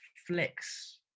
flex